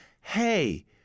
hey